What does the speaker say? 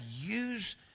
use